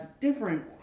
different